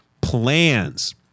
plans